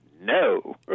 no